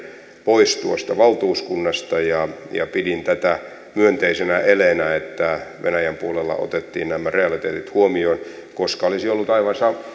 pois tuosta valtuuskunnasta ja ja pidin tätä myönteisenä eleenä että venäjän puolella otettiin nämä realiteetit huomioon koska olisi ollut